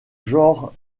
genre